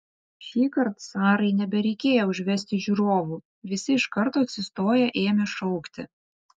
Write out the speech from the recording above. šįkart sarai nebereikėjo užvesti žiūrovų visi iš karto atsistoję ėmė šaukti